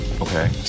okay